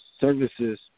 services